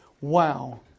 Wow